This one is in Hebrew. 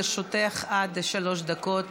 לרשותך עד שלוש דקות